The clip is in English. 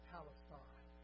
Palestine